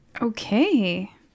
okay